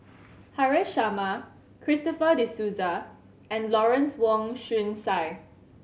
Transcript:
Haresh Sharma Christopher De Souza and Lawrence Wong Shyun Tsai